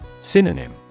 Synonym